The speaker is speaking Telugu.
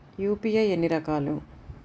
యూ.పీ.ఐ ఎన్ని రకాలు?